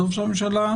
טוב שהממשלה